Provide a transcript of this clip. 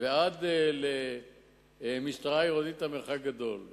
ועד למשטרה עירונית, המרחק גדול.